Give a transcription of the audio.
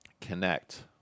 connect